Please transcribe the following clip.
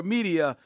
Media